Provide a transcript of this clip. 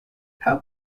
how